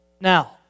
Now